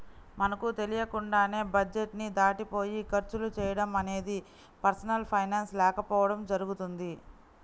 మనకు తెలియకుండానే బడ్జెట్ ని దాటిపోయి ఖర్చులు చేయడం అనేది పర్సనల్ ఫైనాన్స్ లేకపోవడం జరుగుతుంది